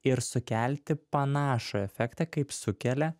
ir sukelti panašų efektą kaip sukelia